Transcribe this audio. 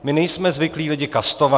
My nejsme zvyklí lidi kastovat.